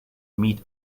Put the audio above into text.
meat